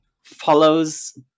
follows